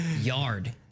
yard